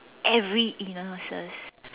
every illnesses